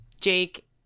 Jake